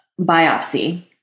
biopsy